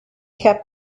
kept